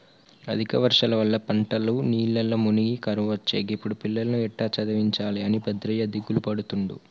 అధిక వర్షాల వల్ల పంటలు నీళ్లల్ల మునిగి కరువొచ్చే గిప్పుడు పిల్లలను ఎట్టా చదివించాలె అని భద్రయ్య దిగులుపడుతుండు